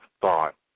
thought